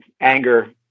anger